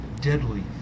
deadly